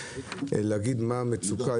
להגיד מה המצוקה.